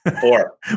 Four